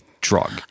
drug